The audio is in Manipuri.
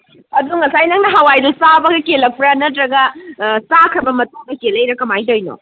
ꯑꯗꯣ ꯉꯁꯥꯏ ꯅꯪꯅ ꯍꯋꯥꯏꯗꯨ ꯆꯥꯕꯒ ꯀꯦꯜꯂꯛꯄ꯭ꯔꯥ ꯅꯠꯇ꯭ꯔꯒ ꯆꯥꯈ꯭ꯔꯕ ꯃꯇꯨꯡꯗ ꯀꯦꯜꯂꯛꯂꯤꯔꯥ ꯀꯃꯥꯏꯅ ꯇꯧꯔꯤꯅꯣ